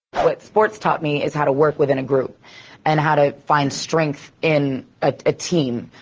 what sports taught me is how to work within a group and how to find strength in a team.